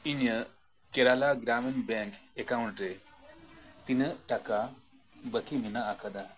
ᱤᱧᱟᱹᱜ Kerala Gramin bank account ᱨᱮ ᱛᱤᱱᱟᱹᱜ ᱴᱟᱠᱟ ᱵᱟᱹᱠᱤ ᱢᱮᱱᱟᱜ ᱟᱠᱟᱫᱟ